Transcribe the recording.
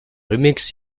remix